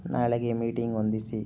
ನಾಳೆಗೆ ಮೀಟಿಂಗ್ ಹೊಂದಿಸಿ